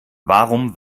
warum